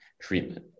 treatment